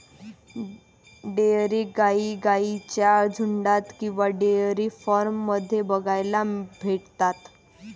dairy गाई गाईंच्या झुन्डात किंवा डेयरी फार्म मध्ये बघायला भेटतात